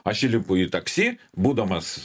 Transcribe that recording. aš įlipu į taksi būdamas